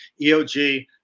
EOG